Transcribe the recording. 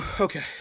Okay